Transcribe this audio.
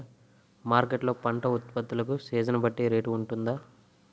Market లొ పంట ఉత్పత్తి లకు సీజన్ బట్టి రేట్ వుంటుందా?